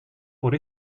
por